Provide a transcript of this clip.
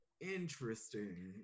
interesting